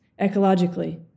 ecologically